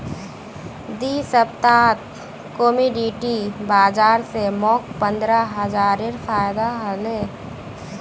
दी सप्ताहत कमोडिटी बाजार स मोक पंद्रह हजारेर फायदा हले